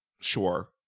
sure